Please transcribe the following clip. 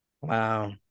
wow